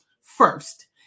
first